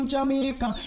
Jamaica